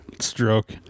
stroke